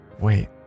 wait